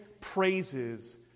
praises